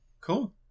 Cool